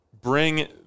bring